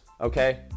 okay